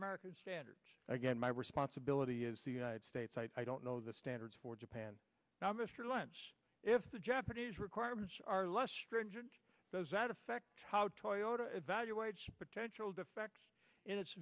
american standards again my responsibility is the united states i don't know the standards for japan now mr lynch if the japanese requirements are less stringent does that affect how toyota evaluates potential defects in it